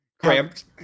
cramped